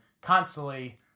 constantly